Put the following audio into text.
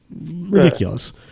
ridiculous